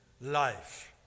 life